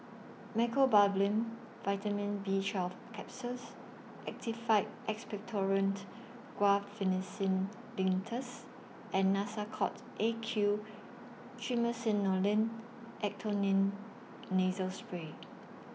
Mecobalamin Vitamin B twelve Capsules Actified Expectorant Guaiphenesin Linctus and Nasacort A Q Triamcinolone Acetonide Nasal Spray